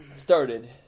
Started